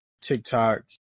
TikTok